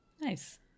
Nice